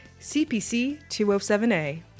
CPC-207A